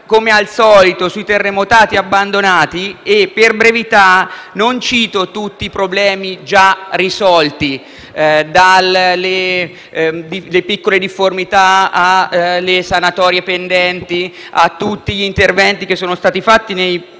di giornale sui terremotati abbandonati. Per brevità non cito tutti i problemi già risolti, dalle piccole difformità alle sanatorie pendenti a tutti gli interventi che sono stati fatti nei precedenti